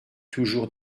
toujours